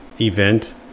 event